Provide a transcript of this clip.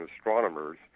astronomers